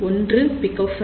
1 pF